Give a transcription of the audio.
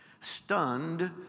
stunned